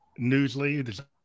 Newsly